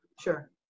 Sure